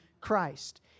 Christ